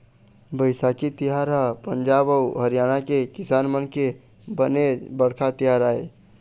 बइसाखी तिहार ह पंजाब अउ हरियाणा के किसान मन के बनेच बड़का तिहार आय